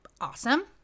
Awesome